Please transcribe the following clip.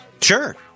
Sure